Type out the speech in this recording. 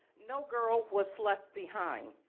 no girl was left behind,